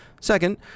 Second